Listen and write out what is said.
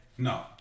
No